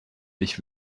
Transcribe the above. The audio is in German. ich